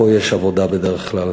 פה יש עבודה בדרך כלל.